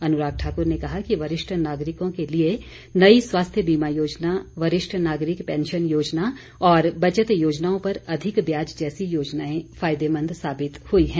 अनुराग ठाक्र ने कहा कि वरिष्ठ नागरिकों के लिए नई स्वास्थ्य बीमा योजना वरिष्ठ नागरिक पैंशन योजना और बचत योजनाओं पर अधिक ब्याज जैसी योजनाएं फायदेमंद साबित हुई हैं